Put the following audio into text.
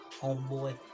homeboy